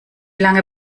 lange